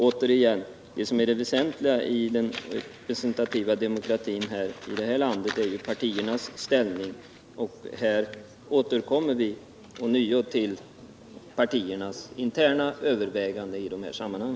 Återigen: Det som är det väsentliga i den representativa demokratin i det här landet är ju partiernas ställning, och här återkommer vi alltså till partiernas interna överväganden i dessa sammanhang.